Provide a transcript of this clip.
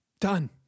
Done